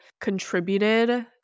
contributed